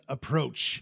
Approach